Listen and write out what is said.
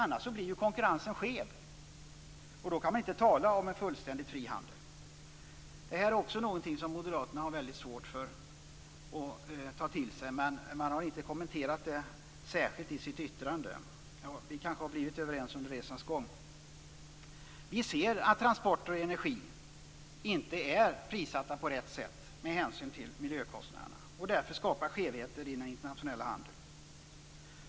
Annars blir ju konkurrensen skev, och då kan man inte tala om en fullständigt fri handel. Det här är också någonting som moderaterna har väldigt svårt att ta till sig, men de har inte kommenterat det särskilt i sitt yttrande. Vi kanske har blivit överens under resans gång. Vi ser att transporter och energi inte är prissatta på rätt sätt med hänsyn till miljökostnaderna, och därför skapar det skevheter i den internationella handeln.